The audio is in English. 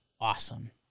Awesome